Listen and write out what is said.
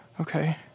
Okay